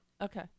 Okay